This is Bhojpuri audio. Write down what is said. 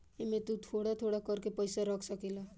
एमे तु थोड़ा थोड़ा कर के पईसा रख सकेल